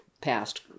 passed